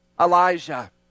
Elijah